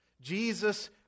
Jesus